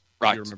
Right